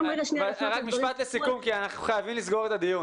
דברים